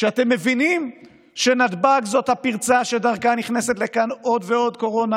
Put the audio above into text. כשאתם מבינים שנתב"ג זה הפרצה שדרכה נכנסת לכאן עוד ועוד קורונה,